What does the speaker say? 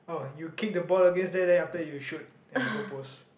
oh you kick the ball against there then after that you shoot at the goal post